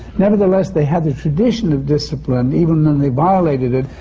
nevertheless, they had the tradition of discipline, even when they violated it,